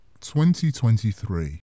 2023